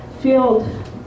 field